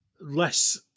less